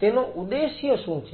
તેનો ઉદ્દેશ્ય શું છે